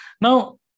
Now